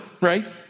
right